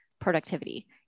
productivity